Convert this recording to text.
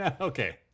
Okay